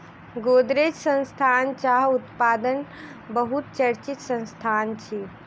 गोदरेज संस्थान चाह उत्पादनक बहुत चर्चित संस्थान अछि